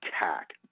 attack